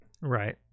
Right